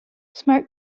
smart